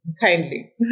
Kindly